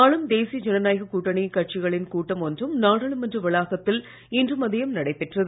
ஆளும் தேசிய ஜனநாயக கூட்டணிக் கட்சிகளின் கூட்டம் ஒன்றும் நாடாளுமன்ற வளாகத்தில் இன்று மதியம் நடைபெற்றது